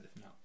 no